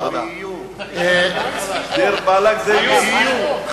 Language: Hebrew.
"דיר באלכ" זה איום.